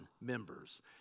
members